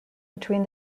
between